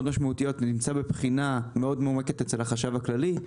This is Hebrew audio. משמעותיות זה נמצא בבחינה מאוד עמוקה אצל החשב הכללי.